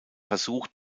versuch